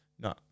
No